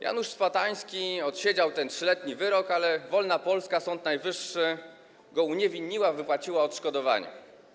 Janusz Szpotański odsiedział ten 3-letni wyrok, ale wolna Polska, Sąd Najwyższy, go uniewinniła, wypłaciła odszkodowanie.